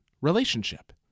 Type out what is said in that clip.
relationship